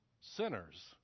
sinners